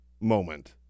moment